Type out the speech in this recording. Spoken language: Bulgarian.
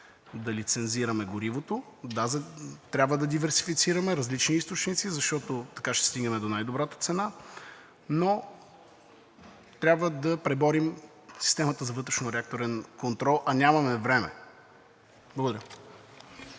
да лицензираме горивото. Да, трябва да диверсифицираме различни източници, защото така ще стигнем до най-добрата цена, но трябва да преборим системата за вътрешнореакторен контрол, а нямаме време. Благодаря.